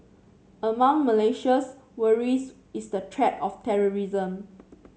among Malaysia's worries is the threat of terrorism